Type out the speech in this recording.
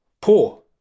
poor